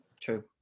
True